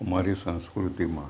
અમારી સંસ્કૃતિમાં